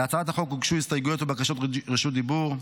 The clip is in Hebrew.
להצעת החוק הוגשו הסתייגויות ובקשות רשות דיבור,